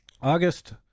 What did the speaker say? August